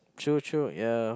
true true ya